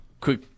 quick